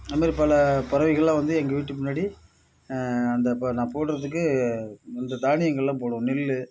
அது மாரி பல பறவைகள்லாம் வந்து எங்கள் வீட்டு பின்னாடி அந்த இப்போ நான் போடுறதுக்கு அந்த தானியங்கள்லாம் போடுவோம் நெல்